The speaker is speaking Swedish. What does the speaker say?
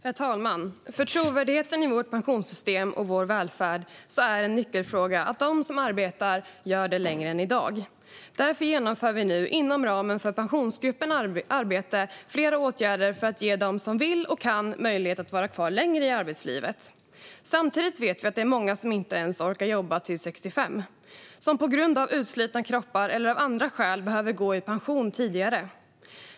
Herr talman! För trovärdigheten i vårt pensionssystem och vår välfärd är en nyckelfråga att de som arbetar gör det längre än i dag. Därför genomför vi nu inom ramen för Pensionsgruppen ett arbete med flera åtgärder för att ge dem som vill och kan möjlighet att vara kvar längre i arbetslivet. Samtidigt vet vi att det är många som inte ens orkar jobba till 65 års ålder och som på grund av utslitna kroppar eller av andra skäl behöver gå i pension tidigare.